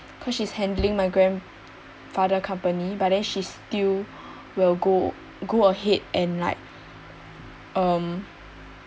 cause she's handling my grandfather company but then she still will go go ahead and like um